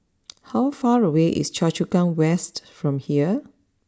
how far away is Choa Chu Kang West from here